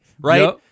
Right